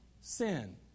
sin